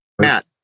Matt